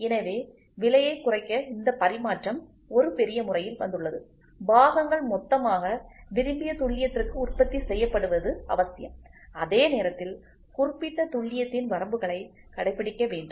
எனவே விலையை குறைக்க இந்த பரிமாற்றம் ஒரு பெரிய முறையில் வந்துள்ளது பாகங்கள் மொத்தமாக விரும்பிய துல்லியத்திற்கு உற்பத்தி செய்யப்படுவது அவசியம் அதே நேரத்தில் குறிப்பிட்ட துல்லியத்தின் வரம்புகளை கடைபிடிக்க வேண்டும்